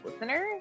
listeners